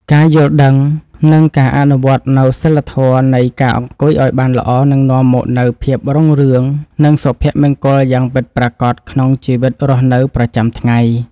ការយល់ដឹង និង ការអនុវត្តនូវសីលធម៌នៃការអង្គុយឱ្យបានល្អនឹងនាំមកនូវភាពរុងរឿង និង សុភមង្គលយ៉ាងពិតប្រាកដក្នុងជីវិតរស់នៅប្រចាំថ្ងៃ។